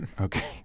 Okay